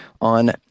on